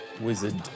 Wizard